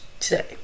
today